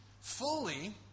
fully